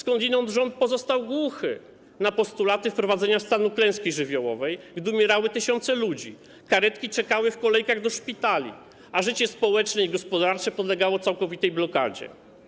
Skądinąd rząd pozostał głuchy na postulaty wprowadzenia stanu klęski żywiołowej, gdy umierały tysiące ludzi, karetki czekały w kolejkach do szpitali, a życie społeczne i gospodarcze podlegało całkowitej blokadzie.